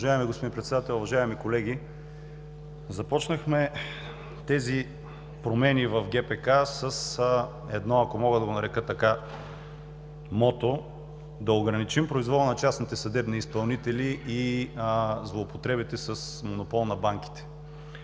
Уважаеми господин Председател, уважаеми колеги! Започнахме промените в ГПК, ако мога да го нарека, с мото – да ограничим произвола на частните съдебни изпълнители и злоупотребите с монопола на банките.